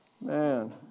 Man